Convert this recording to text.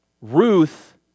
Ruth